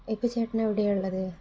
ഇപ്പം ചേട്ടന് എവിടെയാണ് ഉള്ളത്